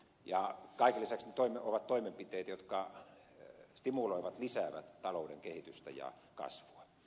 ja kaiken lisäksi ne ovat toimenpiteitä jotka stimuloivat lisäävät talouden kehitystä ja kasvua